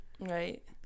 Right